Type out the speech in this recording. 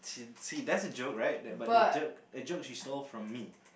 see see that's a joke right that but that joke that joke she stole from me